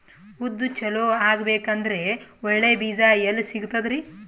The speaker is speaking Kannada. ಉದ್ದು ಚಲೋ ಆಗಬೇಕಂದ್ರೆ ಒಳ್ಳೆ ಬೀಜ ಎಲ್ ಸಿಗತದರೀ?